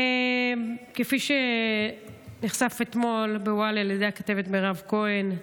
כפי שנחשף אתמול בוואלה על ידי הכתבת מרב כהן,